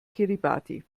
kiribati